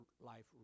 life